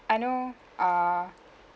I know err